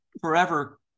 forever